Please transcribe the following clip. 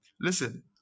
Listen